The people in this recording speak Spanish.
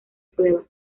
prueba